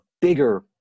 bigger